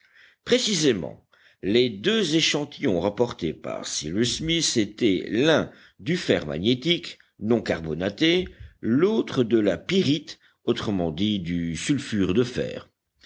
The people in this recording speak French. précisément les deux échantillons rapportés par cyrus smith étaient l'un du fer magnétique non carbonaté l'autre de la pyrite autrement dit du sulfure de fer